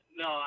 no